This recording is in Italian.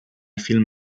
film